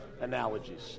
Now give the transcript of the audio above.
analogies